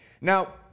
Now